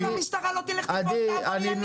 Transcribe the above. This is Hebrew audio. למה שהמשטרה לא תלך לתפוס את העבריינים?